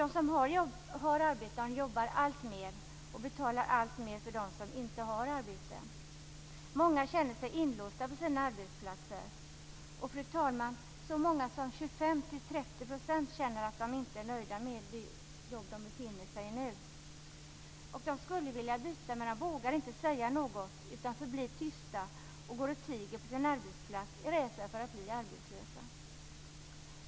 De som har arbete jobbar alltmer och betalar alltmer för dem som inte har arbete. Många känner sig inlåsta på sina arbetsplatser. Fru talman! Så många som 25-30 % känner att de inte är nöjda med det jobb de har nu. De skulle vilja byta, men de vågar inte säga något utan förblir tysta. De går och tiger på sin arbetsplats av rädsla för att bli arbetslösa.